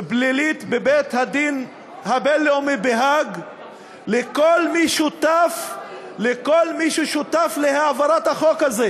פלילית בבית-הדין הבין-לאומי בהאג לכל מי ששותף להעברת החוק הזה.